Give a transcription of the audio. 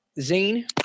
Zane